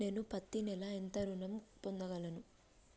నేను పత్తి నెల ఎంత ఋణం పొందగలను?